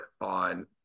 on